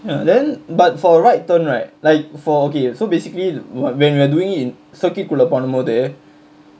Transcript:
ya then but for right turn right like for okay so basically when we're doing in circuit குள்ள பண்ணுமோது:kulla pannumothu